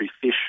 fish